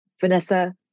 Vanessa